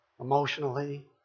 emotionally